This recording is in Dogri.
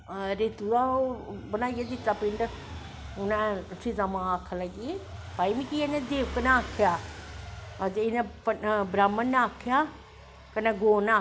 रेतू दा बनाईयै दित्ता पिंड ओह् आखन लगी भाई मिगी एह् देवक नै आक्खेआ ते इनैं ब्रह्मन नै आक्खेआ कन्नैं गौ नै आक्खेआ